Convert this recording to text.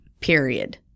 Period